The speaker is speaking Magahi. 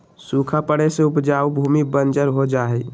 सूखा पड़े से उपजाऊ भूमि बंजर हो जा हई